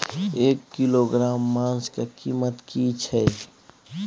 एक किलोग्राम मांस के कीमत की छै?